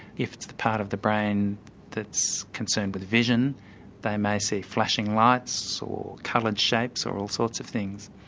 if it's the part of the brain that's concerned with vision they may see flashing lights or coloured shapes or all sorts of things.